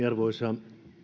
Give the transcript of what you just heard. arvoisa